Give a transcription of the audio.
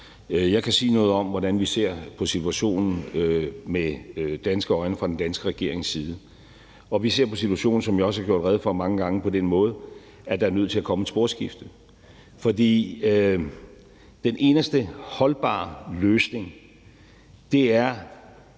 Jeg kan sige noget om, hvordan vi ser på situationen med danske øjne fra den danske regerings side, og vi ser på situationen, som jeg også har gjort rede for mange gange, på den måde, at der er nødt til at komme et sporskifte. Den eneste holdbare løsning er et